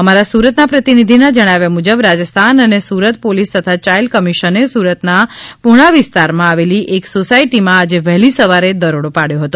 અમારા સુરતના પ્રતિનિધિના જણાવ્યા મુજબ રાજસ્થાન અને સુરત પોલીસ તથા યાઇલ્ડ કમિશને સુરતના પુણા વિસ્તારમાં આવેલી એક સોસાયટીમાં આજે વહેલી સવારે દરોડો પાડ્યો હતો